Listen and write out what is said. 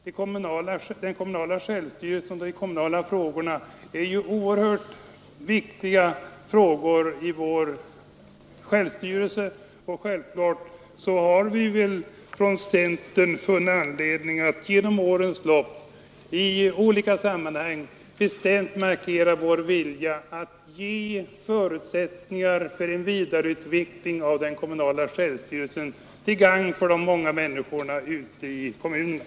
Den kommunala självstyrelsen är oerhört viktig, och naturligtvis har vi från centern under årens lopp funnit anledning att i olika sammanhang bestämt markera vår vilja att ge förutsättningar för en vidareutveckling av den kommunala självstyrelsen till gagn för de många människorna ute i kommunerna.